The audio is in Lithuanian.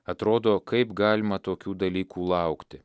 atrodo kaip galima tokių dalykų laukti